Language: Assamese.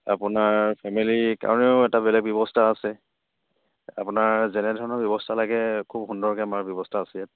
আপোনাৰ ফেমিলিৰ কাৰণেও এটা বেলেগ ব্যৱস্থা আছে আপোনাৰ যেনেধৰণৰ ব্যৱস্থা লাগে খুব সুন্দৰকে আমাৰ ব্যৱস্থা আছে ইয়াত